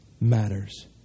matters